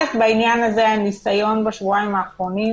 בעניין הזה הניסיון בשבועיים האחרונים